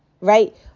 Right